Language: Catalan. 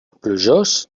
plujós